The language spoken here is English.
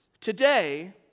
Today